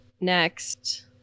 next